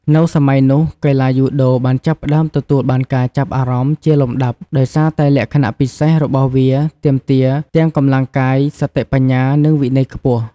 នៅសម័យនោះ កីឡាយូដូបានចាប់ផ្តើមទទួលបានការចាប់អារម្មណ៍ជាលំដាប់ ដោយសារតែលក្ខណៈពិសេសរបស់វាដែលទាមទារទាំងកម្លាំងកាយ សតិបញ្ញា និងវិន័យខ្ពស់ ។